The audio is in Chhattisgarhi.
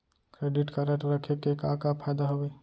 क्रेडिट कारड रखे के का का फायदा हवे?